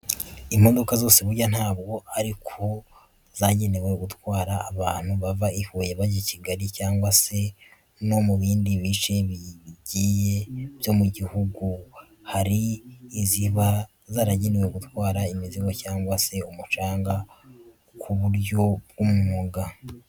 Imodoka zose burya ntabwo ari ko zagenewe gutwara abantu bava i Huye bajya i Kigali cyangwa se no mu bindi bice bigiye byo mu gihugu. Hari n'iziba zaragenewe gutwara imizigo cyangwa se umucanga ku buryo bw'umwuga.